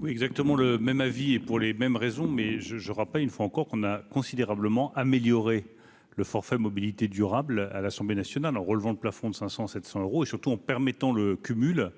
Oui, exactement le même avis, et pour les mêmes raisons mais je, je vois pas, il faut encore qu'on a considérablement amélioré le forfait mobilité durable à l'Assemblée nationale en relevant le plafond de 500 à 700 euros et surtout en permettant le cumul